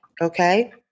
okay